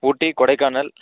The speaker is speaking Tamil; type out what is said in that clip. ஊட்டி கொடைக்கானல்